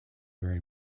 very